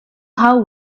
how